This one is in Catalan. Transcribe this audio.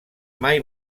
mai